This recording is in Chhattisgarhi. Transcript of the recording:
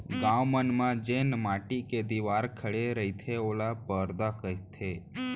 गॉंव मन म जेन माटी के दिवार खड़े रईथे ओला परदा कथें